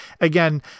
Again